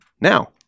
Now